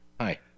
Hi